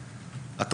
לספורטיביות,